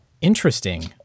interesting